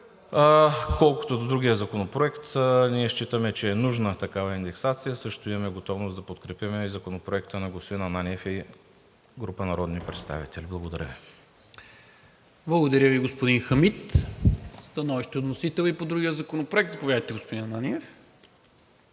Колкото до другия законопроект, ние считаме, че е нужна такава индексация и имаме готовност да подкрепим Законопроекта на господин Ананиев и група народни представители. Благодаря Ви. ПРЕДСЕДАТЕЛ НИКОЛА МИНЧЕВ: Благодаря Ви, господин Хамид. Становище от вносител и по другия законопроект. Заповядайте, господин Ананиев.